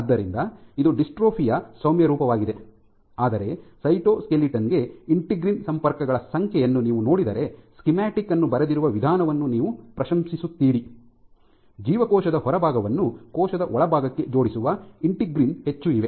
ಆದ್ದರಿಂದ ಇದು ಡಿಸ್ಟ್ರೋಫಿಯ ಸೌಮ್ಯ ರೂಪವಾಗಿದೆ ಆದರೆ ಸೈಟೋಸ್ಕೆಲಿಟನ್ ಗೆ ಇಂಟಿಗ್ರಿನ್ ಸಂಪರ್ಕಗಳ ಸಂಖ್ಯೆಯನ್ನು ನೀವು ನೋಡಿದರೆ ಸ್ಕೀಮ್ಯಾಟಿಕ್ ಅನ್ನು ಬರೆದಿರುವ ವಿಧಾನವನ್ನು ನೀವು ಪ್ರಶಂಸಿಸುತ್ತೀರಿ ಜೀವಕೋಶದ ಹೊರಭಾಗವನ್ನು ಕೋಶದ ಒಳಭಾಗಕ್ಕೆ ಜೋಡಿಸುವ ಇಂಟೆಗ್ರಿನ್ ಹೆಚ್ಚು ಇವೆ